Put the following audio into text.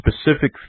specific